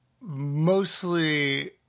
Mostly